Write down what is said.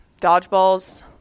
Dodgeballs